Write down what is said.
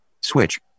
Switch